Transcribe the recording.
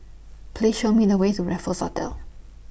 Please Show Me The Way to Raffles Hotel